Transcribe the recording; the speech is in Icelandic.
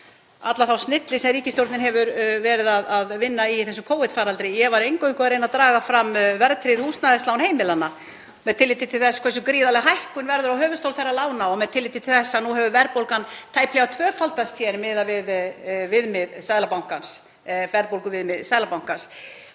alla þá snilli sem ríkisstjórnin hefur verið að vinna í þessum Covid-faraldri. Ég var eingöngu að reyna að draga fram verðtryggð húsnæðislán heimilanna með tilliti til þess hversu gríðarleg hækkun verður á höfuðstól þeirra lána og með tilliti til þess að nú hefur verðbólgan tæplega tvöfaldast miðað við verðbólguviðmið Seðlabankans.